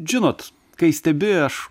žinot kai stebi aš